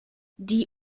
die